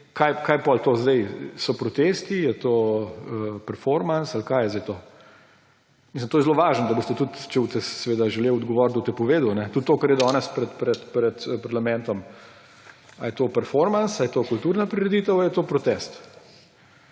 Kaj je potem to? So protesti, je to performans ali kaj je zdaj to? Mislim, da je to zelo važno, da boste tudi, če boste seveda želeli odgovoriti, da boste to povedali. Tudi to, kar je danes pred parlamentom − a je to performans, a je to kulturna prireditev, a je to protest?